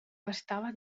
abastava